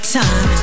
time